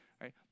right